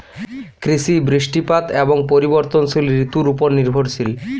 কৃষি বৃষ্টিপাত এবং পরিবর্তনশীল ঋতুর উপর নির্ভরশীল